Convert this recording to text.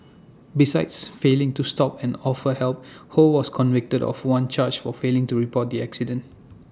besides failing to stop and offer help ho was convicted of one charge for failing to report the accident